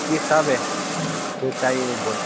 جی سب ہے جو چاہیے وہ بول